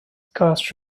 cast